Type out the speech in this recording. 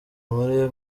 muri